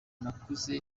nakuze